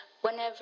Whenever